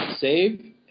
save